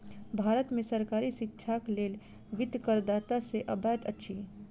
भारत में सरकारी शिक्षाक लेल वित्त करदाता से अबैत अछि